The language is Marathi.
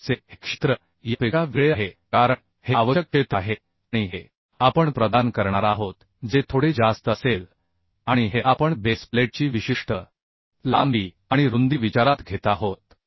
तर बेस प्लेटचे हे क्षेत्र यापेक्षा वेगळे आहे कारण हे आवश्यक क्षेत्र आहे आणि हे आपण प्रदान करणार आहोत जे थोडे जास्त असेल आणि हे आपण बेस प्लेटची विशिष्ट लांबी आणि रुंदी विचारात घेत आहोत